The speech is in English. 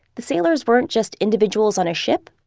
the sailors weren't just individuals on a ship,